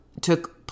took